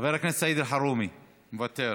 חבר הכנסת סעיד אלחרומי, מוותר,